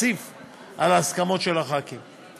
רציף על ההסכמות של חברי הכנסת.